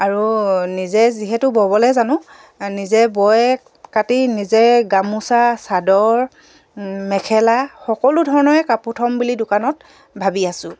আৰু নিজে যিহেতু ব'বলৈ জানো নিজে বয়ে কাটি নিজে গামোচা চাদৰ মেখেলা সকলো ধৰণৰে কাপোৰ থ'ম বুলি দোকানত ভাবি আছো